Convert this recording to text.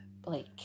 Blake